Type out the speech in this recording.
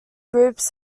groups